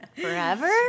Forever